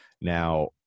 Now